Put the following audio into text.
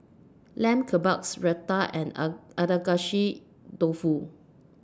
Lamb Kebabs Raita and Agedashi Dofu